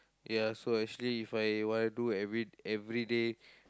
ya so actually If I want do every everyday